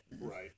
Right